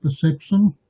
perception